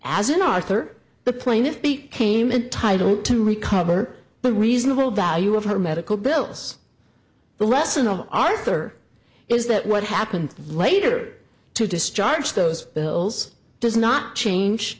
as an author the plaintiff became entitle to recover the reasonable value of her medical bills the lesson of arthur is that what happened later to discharge those bills does not change